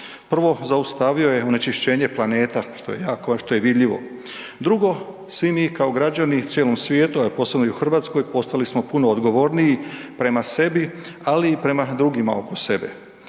Prvo, zaustavio je onečišćenje planeta, što je jako, a što je vidljivo. Drugo, svi mi kao građani u cijelom svijetu, a posebno i u RH postali smo puno odgovorniji prema sebi, ali i prema drugima oko sebe.